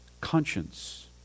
conscience